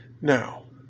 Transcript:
Now